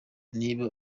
niba